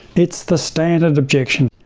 it's the standard objection.